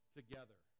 together